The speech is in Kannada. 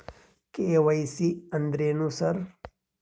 ಕೆ.ವೈ.ಸಿ ಅಂದ್ರೇನು ಸರ್?